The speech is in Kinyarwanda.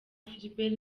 philbert